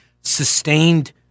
sustained